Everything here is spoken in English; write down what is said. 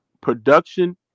production